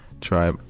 try